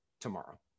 tomorrow